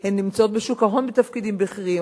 שנמצאות בשוק ההון בתפקידים בכירים,